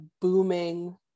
booming